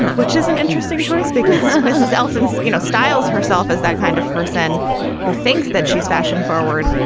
which is an interesting choice because this is allison's you know styles herself as that kind of person who thinks that she's fashion forward.